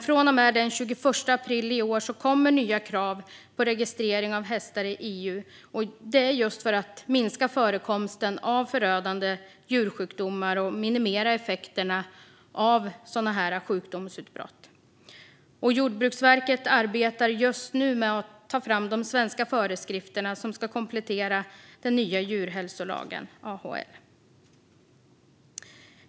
Från och med den 21 april i år kommer nya krav på registrering av hästar i EU, detta för att minska förekomsten av förödande djursjukdomar och minimera effekterna av sådana här sjukdomsutbrott. Jordbruksverket arbetar just nu med att ta fram de svenska föreskrifter som ska komplettera den nya djurhälsolagen, AHL.